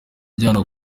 ajyanwa